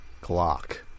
clock